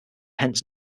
hence